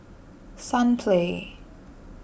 Sunplay